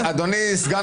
אדוני סגן